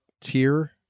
tier